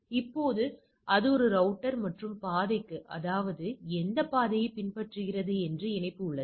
இப்போது அது ஒரு ரவுட்டர் மற்றொரு பாதைக்கு அதாவது எந்த பாதையை பின்பற்றுகிறது என்று இணைப்பு உள்ளது